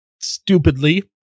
stupidly